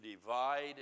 divide